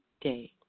day